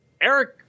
Eric